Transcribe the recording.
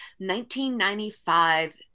1995